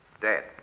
Dead